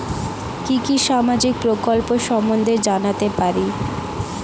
কি কি সামাজিক প্রকল্প সম্বন্ধে জানাতে পারি?